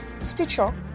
Stitcher